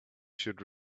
should